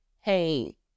hey